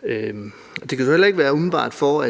Det kan umiddelbart heller ikke være for